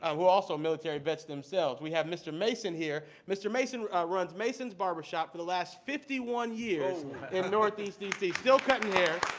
ah who also are military vets themselves. we have mr. mason here. mr. mason runs mason's barbershop for the last fifty one years in northeast d c, still cutting hair.